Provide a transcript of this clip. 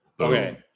Okay